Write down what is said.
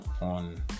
on